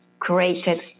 Created